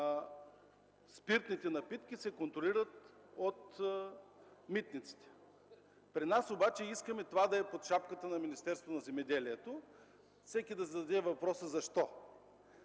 спиртните напитки се контролират от митниците. При нас обаче искаме това да е под шапката на Министерството на земеделието и храните. И нека всеки да си зададе въпроса защо.